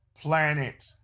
planet